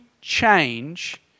change